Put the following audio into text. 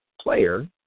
player